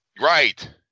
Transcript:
Right